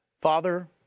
father